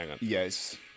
Yes